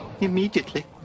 immediately